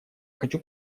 хочу